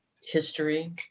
history